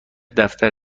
دفتر